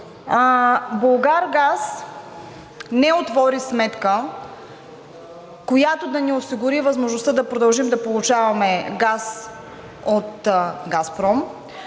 „Булгаргаз“ не отвори сметка, която да ни осигури възможността да продължим да получаваме газ от „Газпром“,